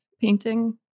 painting